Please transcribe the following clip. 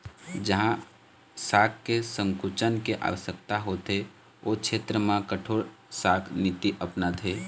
जहाँ शाख के संकुचन के आवश्यकता होथे ओ छेत्र म कठोर शाख नीति अपनाथे